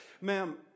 Ma'am